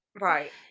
Right